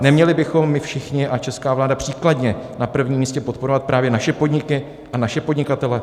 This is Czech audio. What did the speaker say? Neměli bychom my všichni a česká vláda příkladně na prvním místě podporovat právě naše podniky a naše podnikatele?